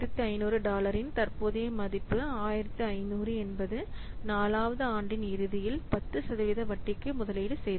1500 dollar இன் தற்போதைய மதிப்பு 1500 என்பது 4 வது ஆண்டின் இறுதியில் 10 சதவீத வட்டிக்கு முதலீடு செய்தது